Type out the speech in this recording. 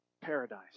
paradise